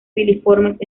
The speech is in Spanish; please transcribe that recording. filiformes